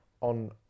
on